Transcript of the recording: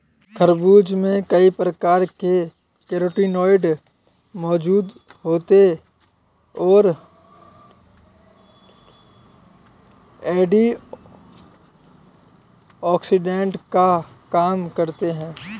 खरबूज में कई प्रकार के कैरोटीनॉयड मौजूद होते और एंटीऑक्सिडेंट का काम करते हैं